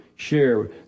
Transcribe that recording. share